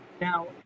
now